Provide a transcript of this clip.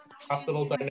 Hospitals